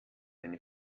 eine